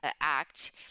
Act